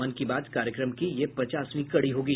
मन की बात कार्यक्रम की यह पचासवीं कड़ी होगी